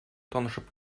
танышып